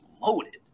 loaded